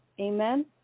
Amen